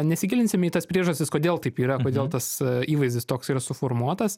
nesigilinsim į tas priežastis kodėl taip yra kodėl tas įvaizdis toks yra suformuotas